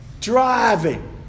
driving